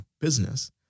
business